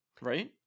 right